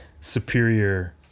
Superior